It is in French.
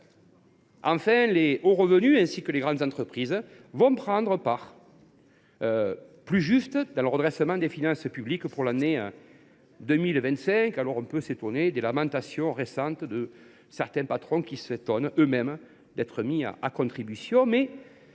Enfin, les hauts revenus, ainsi que les grandes entreprises, vont prendre une part plus juste dans le redressement des finances publiques pour l’année 2025. On peut s’étonner des lamentations récentes de certains patrons, qui s’étonnent eux mêmes d’être mis à contribution.